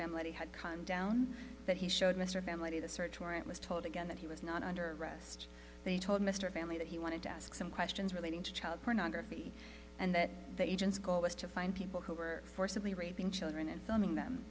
family had calmed down that he showed mr family the search warrant was told again that he was not under arrest they told mr family that he wanted to ask some questions relating to child pornography and that the agent's goal was to find people who were forcibly raping children and filming them